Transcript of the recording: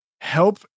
help